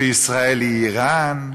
שישראל היא איראן,